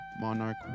monarch